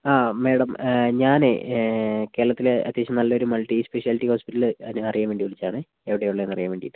ആ മാഡം ഞാനേ കേരളത്തിലേ അത്യാവശ്യം നല്ലൊരു മള്ട്ടി സ്പെഷ്യാലിറ്റി ഹോസ്പിറ്റല് അറിയാന് വേണ്ടി വിളിച്ചതാണേ എവിടെയാണ് ഉള്ളതെന്ന് അറിയാന് വേണ്ടീട്ട്